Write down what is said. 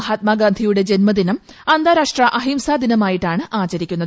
മഹാത്മാഗാന്ധിയുടെ ജന്മദിനം അന്താരാഷ്ട്ര അഹിംസാ ദിനമായിട്ടാണ് ആചരിക്കുന്നത്